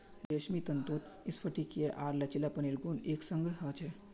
रेशमी तंतुत स्फटिकीय आर लचीलेपनेर गुण एक संग ह छेक